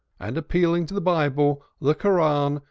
and appealing to the bible, the koran,